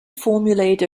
formulate